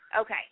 Okay